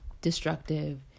destructive